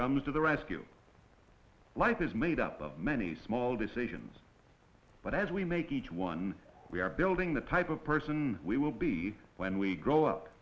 comes to the rescue life is made up of many small decisions but as we make each one we are building the type of person we will be when we grow up